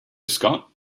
scott